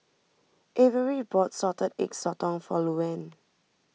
Averie bought Salted Egg Sotong for Louann